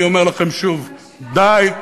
אני אומר לכם שוב: די,